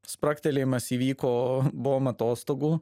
spragtelėjimas įvyko buvom atostogų